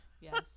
yes